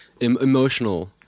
emotional